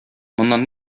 моннан